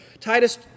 Titus